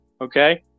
okay